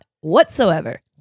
whatsoever